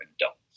adults